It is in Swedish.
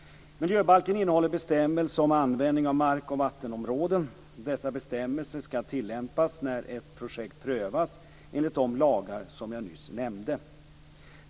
Miljöbalken innehåller bestämmelser om användning av mark och vattenområden. Dessa bestämmelser skall tillämpas när ett projekt prövas enligt de lagar jag nyss nämnde.